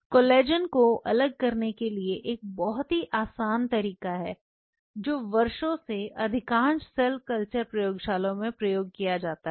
collagen को अलग करने के लिए एक बहुत ही आसान तरीका है जो वर्षों से अधिकांश सेल कल्चर प्रयोगशालाओं में प्रयोग किया जाता है